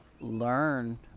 learn